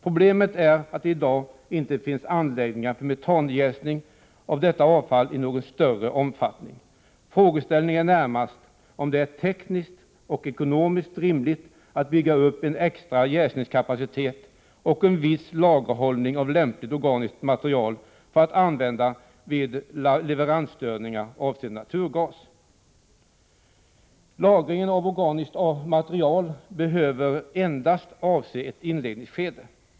Problemet är att det i dag inte finns anläggningar för metanjäsning av organiskt avfall i någon större omfattning. Frågeställningen är närmast om det är tekniskt och ekonomiskt rimligt att bygga upp en extra jäsningskapacitet och en viss lagerhålling av lämpligt organiskt material för att använda vid leveransstörningar avseende naturgas. Lagringen av organiskt material behöver endast avse ett inledningsskede.